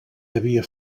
havia